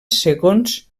segons